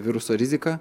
viruso riziką